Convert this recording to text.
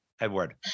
Edward